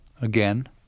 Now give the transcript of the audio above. Again